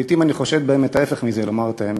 לעתים אני חושד בהם את ההפך מזה, לומר את האמת.